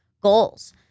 goals